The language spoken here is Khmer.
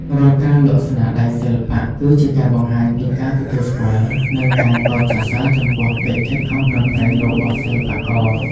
រាល់ការលក់ស្នាដៃសិល្បៈ គឺជាការបង្ហាញពីការទទួលស្គាល់ និងការកោតសរសើរចំពោះកិច្ចខិតខំប្រឹងប្រែងរបស់សិល្បករ។